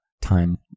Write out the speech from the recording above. time